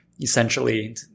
essentially